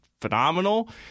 phenomenal